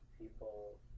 people